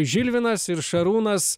žilvinas ir šarūnas